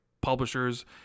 publishers